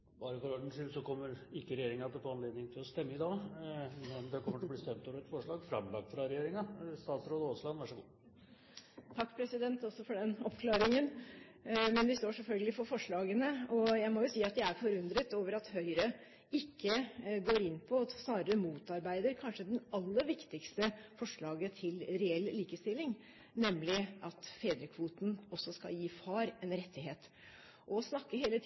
Bare for ordens skyld: Regjeringen kommer ikke til å få anledning til å stemme i dag, men det kommer til å bli stemt over et forslag framlagt av regjeringen. Takk for den oppklaringen, president! Men vi står selvfølgelig for forslagene. Jeg må si at jeg er forundret over at Høyre ikke går inn for, snarere motarbeider, kanskje det aller viktigste forslaget for å få til reell likestilling, nemlig at fedrekvoten også skal gi far en rettighet. Man snakker hele tiden